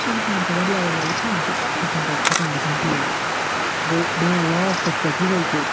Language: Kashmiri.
تہٕ انسان چھُ واریاہ واریاہ وٕچھان تہٕ سُہ چھُنہٕ پتہٕ ختم گژھان کہیٖنۍ گوٚو بہٕ ونہٕ لاسٹس پٮ۪ٹھ ہیوے کہِ